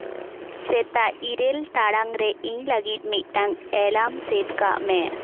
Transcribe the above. ᱥᱮᱛᱟᱜ ᱤᱨᱟᱹᱞ ᱴᱟᱲᱟᱝ ᱨᱮ ᱤᱧ ᱞᱟᱹᱜᱤᱫ ᱢᱤᱫᱴᱟᱝ ᱮᱞᱟᱨᱢ ᱥᱮᱴ ᱠᱟᱜ ᱢᱮ